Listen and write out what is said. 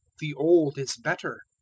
the old is better